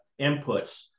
inputs